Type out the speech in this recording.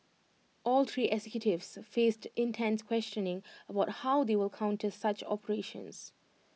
all three executives faced intense questioning about how they will counter such operations